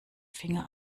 finger